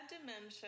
dementia